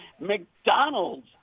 McDonald's